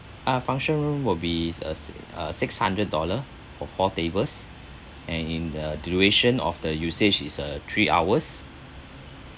uh function room will be uh s~ uh six hundred dollar for four tables and in the duration of the usage is uh three hours